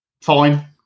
Fine